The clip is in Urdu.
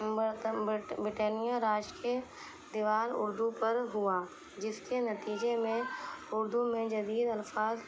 بٹینیہ راج کے دیوان اردو پر ہوا جس کے نتیجے میں اردو میں جدید الفاظ